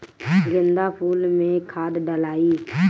गेंदा फुल मे खाद डालाई?